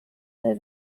der